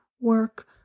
work